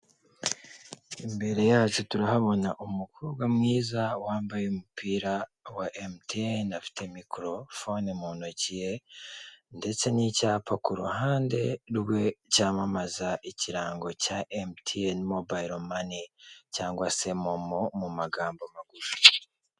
Imbere yacu turahabona umukobwa mwiza wambaye umupira wa emutiyeni afite mikorofone mu ntoki ndetse n'icyapa ku ruhande rwe cyamamaza ikirango cya emutiyeni mobayiro mani cyangwa se momo mu magambo magufi.